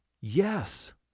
Yes!—